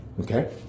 okay